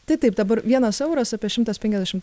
tai taip dabar vienas euras apie šimtas penkiasdešim